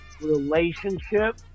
relationship